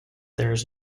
theirs